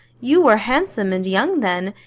you were handsome and young then,